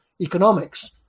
economics